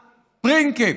פרינקפס,